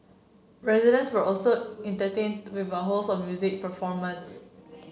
residents were also entertain with a host of music performance